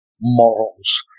morals